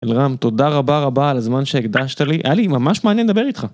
אלרם, תודה רבה רבה על הזמן שהקדשת לי. היה לי ממש מעניין לדבר איתך.